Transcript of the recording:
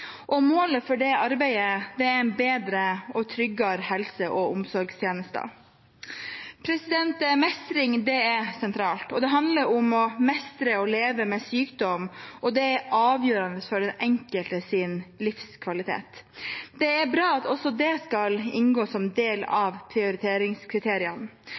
Målet for det arbeidet er bedre og tryggere helse- og omsorgstjenester. Mestring er sentralt, og det handler om å mestre å leve med sykdom, og det er avgjørende for den enkeltes livskvalitet. Det er bra at også det skal inngå som en del